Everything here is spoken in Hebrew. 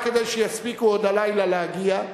רק כדי שיספיקו עוד הלילה להגיע,